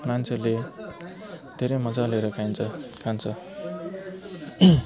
मान्छेहरूले धेरै मजा लिएर खाइन्छ खान्छ